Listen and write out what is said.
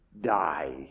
die